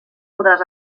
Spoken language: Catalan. podràs